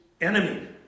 enemy